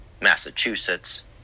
Massachusetts